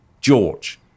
George